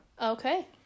Okay